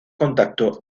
contacto